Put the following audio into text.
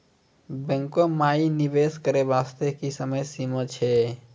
बैंको माई निवेश करे बास्ते की समय सीमा छै?